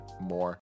more